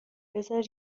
بزار